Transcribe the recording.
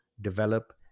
develop